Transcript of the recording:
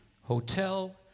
Hotel